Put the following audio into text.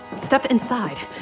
step inside.